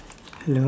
hello